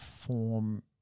form